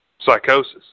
psychosis